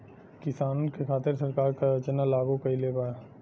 किसानन के खातिर सरकार का का योजना लागू कईले बा?